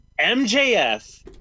MJF